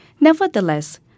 Nevertheless